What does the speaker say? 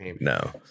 No